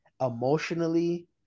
emotionally